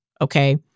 Okay